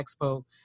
expo